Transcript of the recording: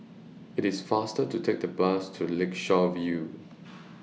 IT IS faster to Take The Bus to Lakeshore View